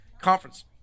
conference